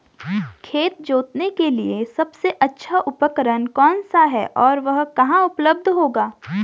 खेत जोतने के लिए सबसे अच्छा उपकरण कौन सा है और वह कहाँ उपलब्ध होगा?